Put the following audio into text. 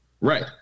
right